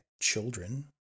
children